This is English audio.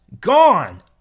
gone